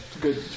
good